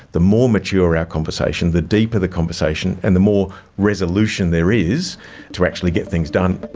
the more mature our conversation, the deeper the conversation, and the more resolution there is to actually get things done.